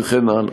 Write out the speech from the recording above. וכן הלאה.